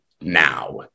now